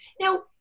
Now